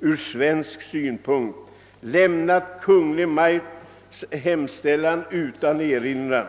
ur svensk synpunkt — lämnat Kungl. Maj:ts hemställan utan erinran.